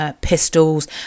pistols